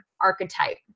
archetype